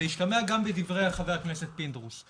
זה השתמע גם בדברי חבר הכנסת פינדרוס.